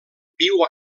viu